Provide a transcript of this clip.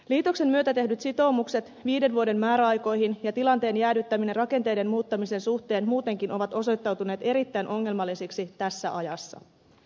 liitoksen myötä tehdyt sitoumukset viiden vuoden määräaikoihin ja tilanteen jäädyttäminen rakenteiden muuttamisen suhteen muutenkin ovat osoittautuneet erittäin ongelmallisiksi tässä ajassa